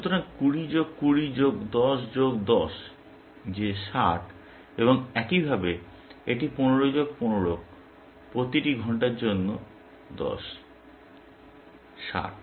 সুতরাং 20 যোগ 20 যোগ 10 যোগ 10 যে 60 এবং একইভাবে এটি 15 যোগ 15 যোগ প্রতিটি ঘন্টার জন্য 10 60